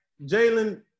Jalen